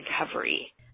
recovery